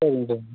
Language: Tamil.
சரிங்க சார்